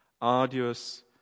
Arduous